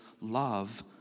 love